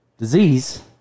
Disease